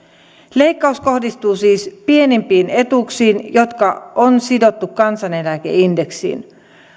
leikkaus kohdistuu siis pienimpiin etuuksiin jotka on sidottu kansaneläkeindeksiin